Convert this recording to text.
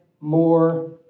more